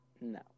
no